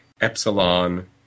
epsilon